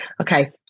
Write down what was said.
Okay